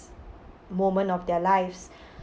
moment of their lives